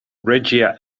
regia